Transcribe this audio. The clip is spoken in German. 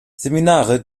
seminare